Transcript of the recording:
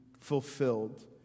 fulfilled